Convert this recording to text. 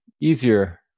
easier